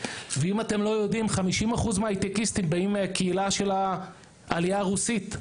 ואם אתם לא יודעים 50% מההייטקיסטים באים מהקהילה של העלייה הרוסית.